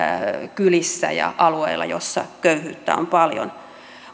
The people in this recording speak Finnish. kylissä ja alueilla missä köyhyyttä on paljon